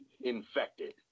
Infected